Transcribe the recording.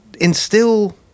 instill